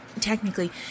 Technically